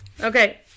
Okay